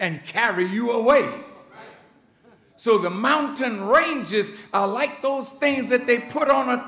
and carry you away so the mountain ranges like those things that they put on